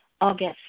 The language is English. August